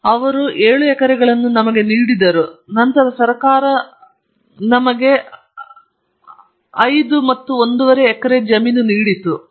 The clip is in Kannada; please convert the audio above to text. ಮತ್ತು ಅವರು ಏಳು ಎಕರೆಗಳನ್ನು ನನಗೆ ನೀಡಿದರು ನಂತರ ಸರ್ಕಾರದ ಅವರು ನನಗೆ ಐದು ಮತ್ತು ಒಂದು ಅರ್ಧ ಎಕರೆ ನೀಡಿತು